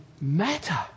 matter